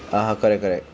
uh correct correct